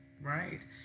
right